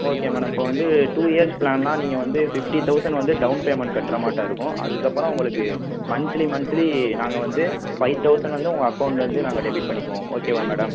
okay madam இப்போ வந்து two years ப்ளான்னா நீங்கள் வந்து ஃபிஃப்டி தௌசண்ட் வந்து டௌன் பேமெண்ட் கட்டுற மாட்டம் இருக்கும் அதுக்கப்புறம் உங்களுக்கு மந்த்லி மந்த்லி நாங்கள் வந்து ஃபை தௌசண்ட் வந்து உங்கள் அக்கௌண்ட்லேருந்து நாங்கள் டெபிட் பண்ணிக்குவோம் ஓகேவா மேடம்